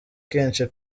kenshi